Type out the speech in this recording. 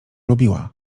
lubiła